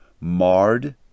marred